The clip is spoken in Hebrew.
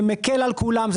זה מקל על כולם,